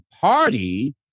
party